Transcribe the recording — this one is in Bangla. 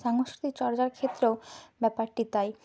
সংস্কৃতিচর্চার ক্ষেত্রেও ব্যাপারটি তাই